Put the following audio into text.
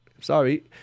Sorry